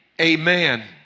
Amen